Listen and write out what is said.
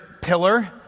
pillar